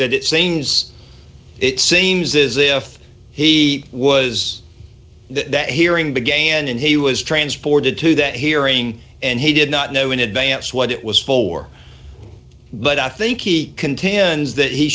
that it seems it seems as if he was that hearing began and he was transported to that hearing and he did not know in advance what it was for but i think he contends that he